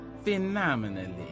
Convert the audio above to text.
phenomenally